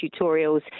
tutorials